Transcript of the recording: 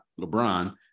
LeBron